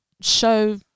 show